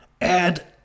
add